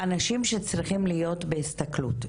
אנשים שצריכים להיות בהסתכלות.